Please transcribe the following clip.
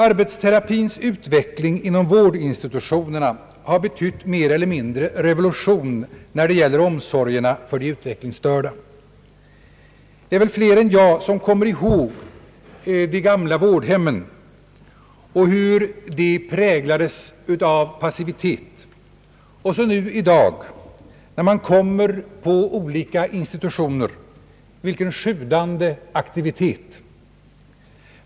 Arbetsterapins utveckling inom vårdinstitutionerna har betytt mer eller mindre revolution när det gäller omsorgerna för de utvecklingsstörda. Det är väl flera än jag som kommer ihåg hur de gamla vårdhemmen präglades av passivitet. Och så nu i dag — när man kommer på olika institutioner — vilken sjudande aktivitet.